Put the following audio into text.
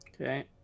Okay